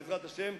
בעזרת השם,